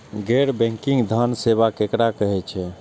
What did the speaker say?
गैर बैंकिंग धान सेवा केकरा कहे छे?